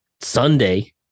Sunday